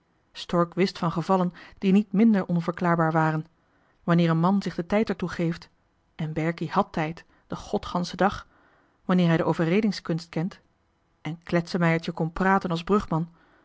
stork wist van gevallen die niet minder onverklaarbaar waren wanneer een man zich den tijd er toe geeft en berkie had tijd den godganschen dag wanneer hij de overredingskunst kent en kletsmeiertje kon praten als brugman